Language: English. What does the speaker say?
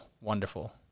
wonderful